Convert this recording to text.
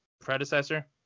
predecessor